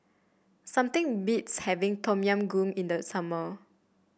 something beats having Tom Yam Goong in the summer